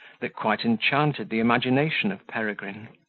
that quite enchanted the imagination of peregrine.